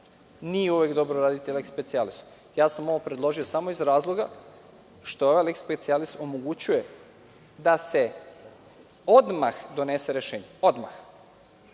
Nije uvek dobro raditi leks specijalis. Ja sam ovo predložio samo iz razloga što ovaj leks specijalis omogućuje da se odmah donese rešenje,